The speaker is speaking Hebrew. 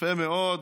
יפה מאוד.